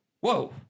Whoa